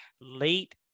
Late